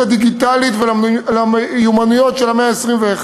הדיגיטלית ולמיומנויות של המאה ה-21,